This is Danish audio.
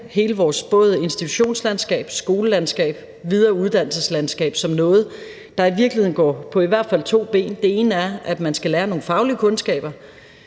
hele vores både institutionslandskab, skolelandskab og videreuddannelseslandskab som noget, der i virkeligheden går på i hvert fald to ben. Det ene er, at man skal opnå nogle faglige kundskaber,